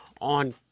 on